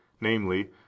namely